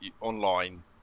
online